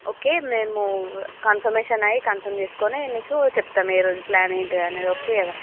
ఒకే మేము కన్ఫర్మేషన్ అయి కన్ఫర్మ్ చేసుకుని మీకు చెప్తాము ఏ రోజు ప్లాన్ ఏంటిది అనేది ఓకే కదా